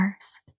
first